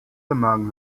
among